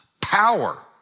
power